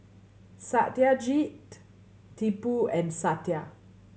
Satyajit Tipu and Satya